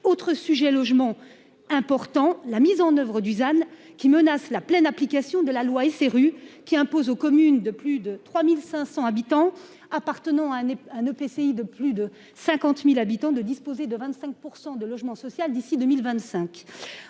Autre sujet logement important la mise en oeuvre Dusan qui menace la pleine application de la loi SRU qui impose aux communes de plus de 3500 habitants appartenant à un et un EPCI de plus de 50.000 habitants de disposer de 25% de logement social, d'ici 2025.